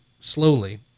slowly